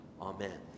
Amen